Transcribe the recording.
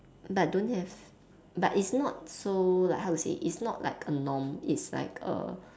but don't have but it's not so like how to say it's not like a norm it's like a